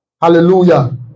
hallelujah